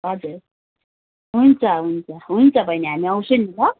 हजुर हुन्छ हुन्छ हुन्छ बहिनी हामी आउँछु नि ल